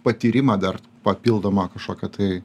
patyrimą dar papildomą kažkokią tai